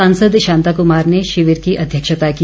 सांसद शांता कुमार ने शिविर की अध्यक्षता की